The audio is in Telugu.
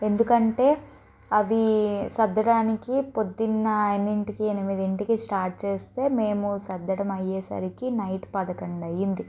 ఎందుకంటే అది సర్దడానికి పొద్దున్న ఎన్నింటికి ఎనిమిదింటికి స్టార్ట్ చేస్తే మేము సర్దడం అయ్యేసరికి నైట్ పదకొండు అయ్యింది